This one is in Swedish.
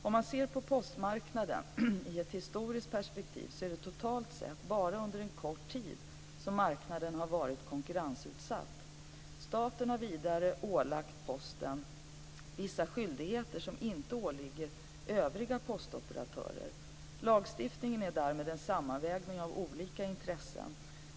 Om man ser på postmarknaden i ett historiskt perspektiv så finner man att det totalt sett bara är under en kort tid som marknaden har varit konkurrensutsatt. Staten har vidare ålagt Posten vissa skyldigheter som inte åligger övriga postoperatörer. Lagstiftningen är därmed en sammanvägning av olika intressen.